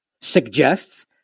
suggests